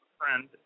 friend